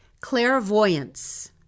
Clairvoyance